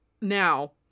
Now